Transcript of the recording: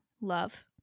Love